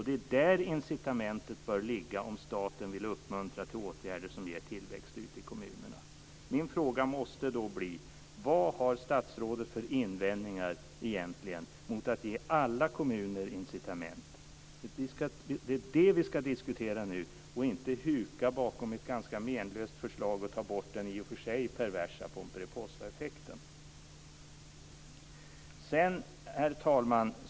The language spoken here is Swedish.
Det är där incitamentet bör ligga om staten vill uppmuntra till åtgärder som ger tillväxt ute i kommunerna. Min fråga måste då bli: Vad har statsrådet egentligen för invändningar mot att ge alla kommuner incitament? Det är det vi ska diskutera nu och inte huka bakom ett ganska menlöst förslag om att ta bort den i och för sig perversa pomperipossaeffekten. Fru talman!